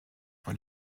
for